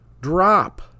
drop